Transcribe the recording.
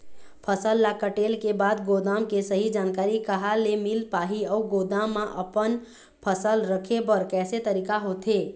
फसल ला कटेल के बाद गोदाम के सही जानकारी कहा ले मील पाही अउ गोदाम मा अपन फसल रखे बर कैसे तरीका होथे?